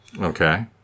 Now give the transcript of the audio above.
Okay